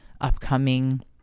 upcoming